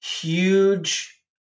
huge